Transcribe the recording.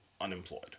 unemployed